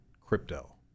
crypto